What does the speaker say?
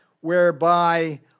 whereby